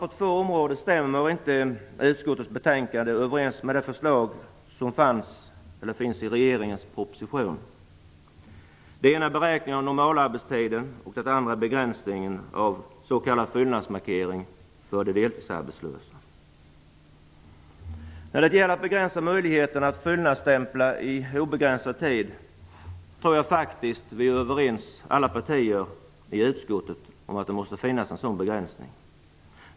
På två områden stämmer inte utskottets betänkande överens med de förslag som finns i regeringens proposition. Det ena är beräkningen av normalarbetstiden och det andra är begränsningen av s.k. fyllnadsmarkering för de deltidsarbetslösa. När det gäller att begränsa möjligheten att fyllnadsstämpla i obegränsad tid tror jag faktiskt att alla partier i utskottet är överens om att det måste finnas en sådan begränsning.